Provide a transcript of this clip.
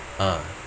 ah